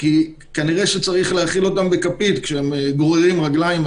כנראה שצריך להאכיל אותם בכפית כשהם גוררים רגליים.